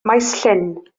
maesllyn